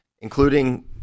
including